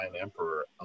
Emperor